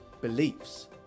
beliefs